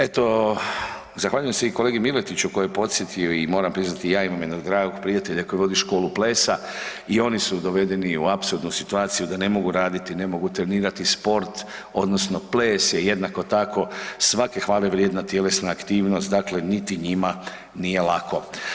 Eto, zahvaljujem se i kolegi Miletiću koji je podsjetio i moram priznati, ja imam jednog dragog prijatelja koji vodi školu plesa, i oni su dovedeni u apsurdnu situaciju da ne mogu raditi, ne mogu trenirati sport odnosno ples je jednako tako svaka hvalevrijedna tjelesna aktivnost, dakle niti njima nije lako.